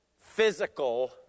physical